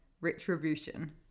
Retribution